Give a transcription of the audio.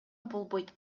болбойт